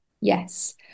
yes